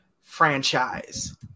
franchise